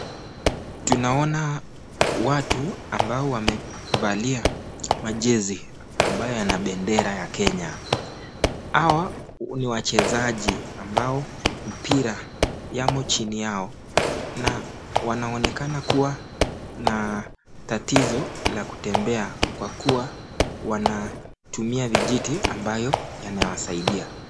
Tunaona watu ambao wamevalia majezi ambayo yana bendera ya kenya. Hawa ni wachezaji ambao mpira yamo chini yao na wanaonekana kuwa na tatizo la kutembea kwa kuwa wanatumia vijiti ambayo yanawasaidia.